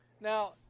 Now